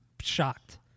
shocked